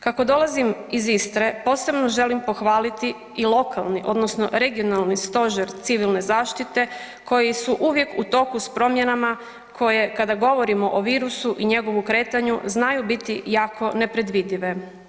Kako dolazim iz Istre posebno želim pohvaliti i lokalni odnosno regionalni stožer civilne zaštite koji su uvijek u toku s promjenama koje kada govorimo o virusu i njegovu kretanju znaju biti jako nepredvidive.